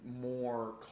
more